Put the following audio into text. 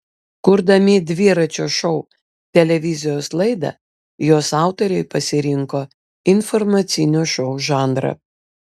kurdami dviračio šou televizijos laidą jos autoriai pasirinko informacinio šou žanrą